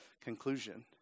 conclusion